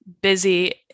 busy